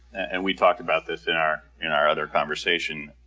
and we talked about this in our in our other conversation,